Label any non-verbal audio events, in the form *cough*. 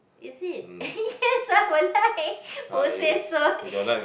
is it *laughs* yes I would like who say so